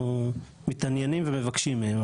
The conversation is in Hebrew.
אנחנו מתעניינים ומבקשים מהם,